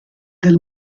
del